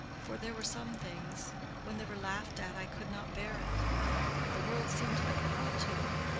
for there were some things when they were laughed at i could not bear it the world seemed like a hell to me.